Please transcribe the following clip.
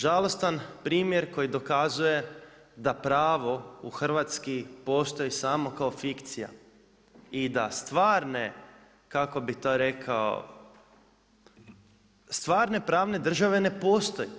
Žalostan primjer koji dokazuje da pravo u hrvatski postoji samo kao fikcija i da stvarne kako bi to rekao, stvarne pravne državne ne postoji.